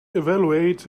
evaluate